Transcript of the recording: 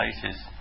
places